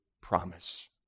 promise